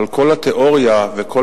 אבל כל התיאוריה וכל